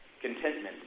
contentment